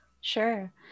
Sure